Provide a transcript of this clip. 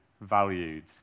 Valued